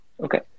Okay